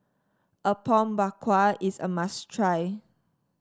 Apom Berkuah is a must try